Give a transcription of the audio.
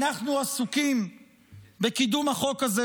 אנחנו עסוקים בקידום החוק הזה,